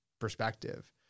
perspective